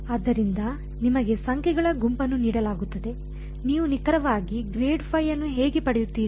ಅದರಿಂದ ನಿಮಗೆ ಸಂಖ್ಯೆಗಳ ಗುಂಪನ್ನು ನೀಡಲಾಗುತ್ತದೆ ನೀವು ನಿಖರವಾಗಿ 𝛻Φ ಅನ್ನು ಹೇಗೆ ಪಡೆಯುತ್ತೀರಿ